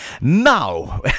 Now